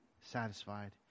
satisfied